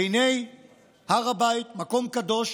והינה הר הבית, מקום קדוש,